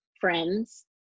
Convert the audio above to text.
friends